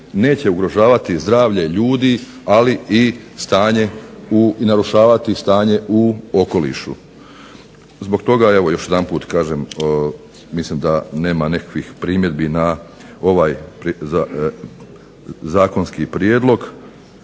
neće ugrožavati zdravlje ljudi, ali i narušavati stanje u okolišu. Zbog toga evo još jedanput kažem mislim da nema nekakvih primjedbi na ovaj zakonski prijedlog.